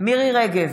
מירי מרים רגב,